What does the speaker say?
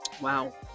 Wow